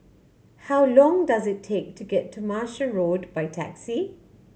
how long does it take to get to Martia Road by taxi